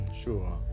sure